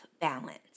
balance